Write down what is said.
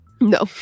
no